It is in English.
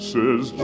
Says